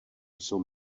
jsou